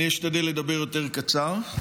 אני אשתדל לדבר יותר קצר.